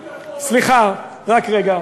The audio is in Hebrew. סליחה, רק רגע.